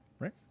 Right